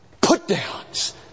put-downs